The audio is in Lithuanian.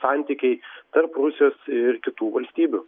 santykiai tarp rusijos ir kitų valstybių